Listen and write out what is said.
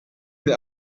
der